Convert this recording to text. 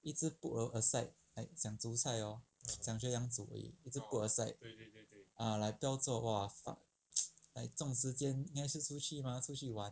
一直 put on a side like 想煮菜 hor 想学怎样煮而已一直 put aside ah like 不要做 !wah! fuck like 这种时间应该是出去 mah 出去玩